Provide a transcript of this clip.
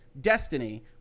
Destiny